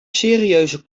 serieuze